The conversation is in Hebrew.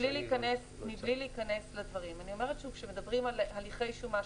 מבלי להיכנס לדברים: כשמדברים על הליכי שומה,